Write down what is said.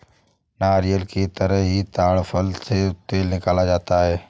नारियल की तरह ही ताङ फल से तेल निकाला जाता है